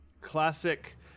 classic